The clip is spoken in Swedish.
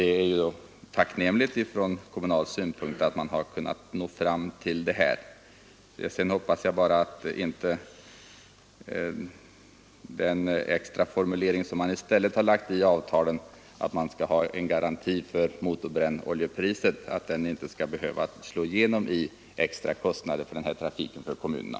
Det är ju tacknämligt från kommunal synpunkt att man kunnat nå fram till det. Sedan hoppas jag bara att den formulering som i stället har tagits in i avtalet, att man skall ha en garanti för motorbrännoljepriset, inte skall behöva slå igenom i extra kostnader för denna trafik för kommunerna.